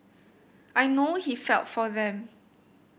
I know he felt for them